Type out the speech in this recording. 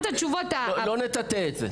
לא נטאטא את זה.